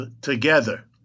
together